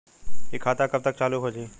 इ खाता कब तक चालू हो जाई?